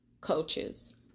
coaches